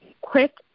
quick